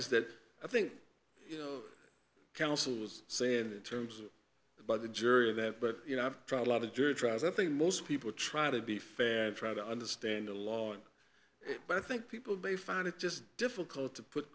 is that i think counsel was saying in terms of by the jury that but you know i've tried a lot of jury trials i think most people try to be fair and try to understand the law and i think people they find it just difficult to put